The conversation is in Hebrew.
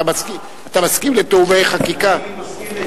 אני מסכים לתיאומי חקיקה.